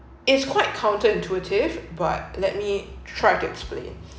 it's quite counter intuitive but let me try to explain